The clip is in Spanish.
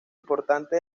importante